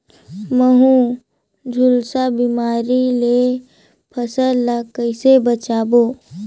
महू, झुलसा बिमारी ले फसल ल कइसे बचाबो?